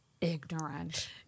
Ignorant